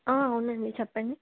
అవునండి చెప్పండి